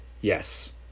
yes